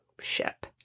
ship